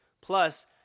Plus